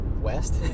West